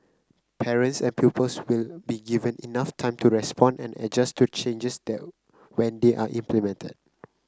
parents and pupils will be given enough time to respond and adjust to changes that when they are implemented